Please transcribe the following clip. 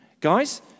Guys